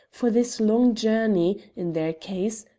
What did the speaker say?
for this long journey, in their case,